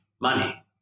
money